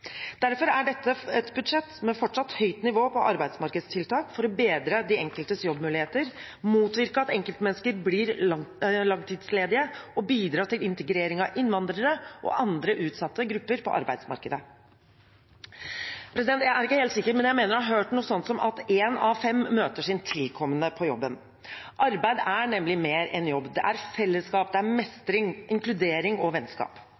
Derfor er dette et budsjett med fortsatt høyt nivå på arbeidsmarkedstiltak for å bedre den enkeltes jobbmuligheter, motvirke at enkeltmennesker blir langtidsledige og for å bidra til integrering av innvandrere og andre utsatte grupper på arbeidsmarkedet. Jeg er ikke helt sikker, men jeg mener å ha hørt at en av fem møter sin tilkommende på jobben. Arbeid er nemlig mer enn jobb. Det er fellesskap, mestring, inkludering og vennskap.